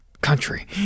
country